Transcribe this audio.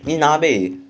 你 na bei